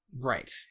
Right